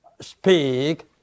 speak